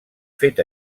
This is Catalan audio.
fet